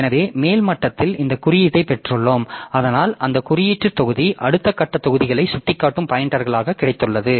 எனவே மேல் மட்டத்தில் இந்த குறியீட்டைப் பெற்றுள்ளோம் அதனால் அந்த குறியீட்டுத் தொகுதி அடுத்த கட்ட தொகுதிகளை சுட்டிக்காட்டும் பாய்ன்டெர்கள் கிடைத்துள்ளன